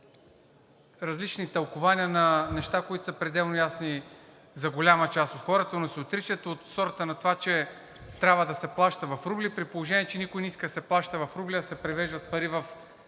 различни тълкувания на неща, които са пределно ясни за голяма част от хората, но се отричат, от сорта на това, че трябва да се плаща в рубли, при положение че никой не иска да се плаща в рубли, а се превеждат пари в